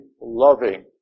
loving